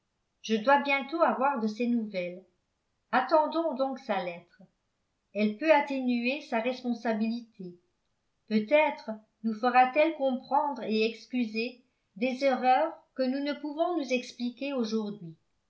je dois bientôt avoir de ses nouvelles attendons donc sa lettre elle peut atténuer sa responsabilité peut-être nous fera-t-elle comprendre et excuser des erreurs que nous ne pouvons nous expliquer aujourd'hui